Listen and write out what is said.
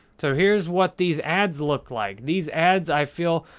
so, here's what these ads look like. these ads, i feel,